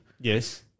Yes